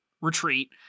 retreat